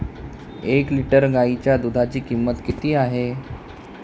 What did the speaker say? एक लिटर गाईच्या दुधाची किंमत किती आहे?